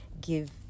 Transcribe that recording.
give